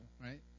right